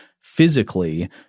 physically